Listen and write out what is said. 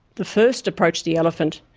the first approached the elephant,